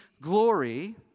glory